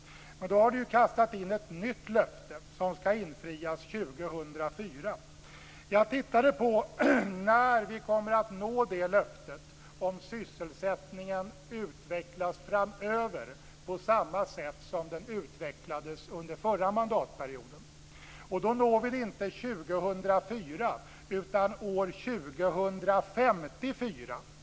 Men då har ni kastat in ett nytt löfte som skall infrias 2004. Jag tittade på när vi kommer att nå det löftet om sysselsättningen framöver utvecklas på samma sätt som den utvecklades under den förra mandatperioden. Och då når vi inte detta år 2004 utan år 2054.